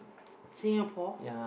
Singapore